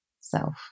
self